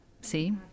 See